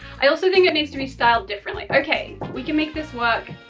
i also think it needs to be styled differently. okay, we can make this work.